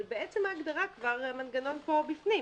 אבל בעצם ההגדרה כבר המנגנון פה בפנים,